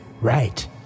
Right